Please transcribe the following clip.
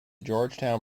georgetown